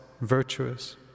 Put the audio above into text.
virtuous